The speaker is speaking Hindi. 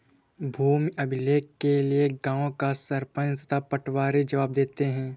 भूमि अभिलेख के लिए गांव का सरपंच तथा पटवारी जवाब देते हैं